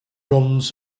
runs